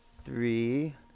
Three